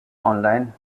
online